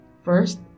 First